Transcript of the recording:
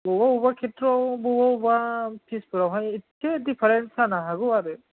अबा अबा खेथ्रआव बबेबा बबेबा खेसफ्राव हाय ऐथसे दिफारेनस जानो हागौ आरो